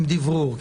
דיוור.